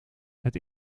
het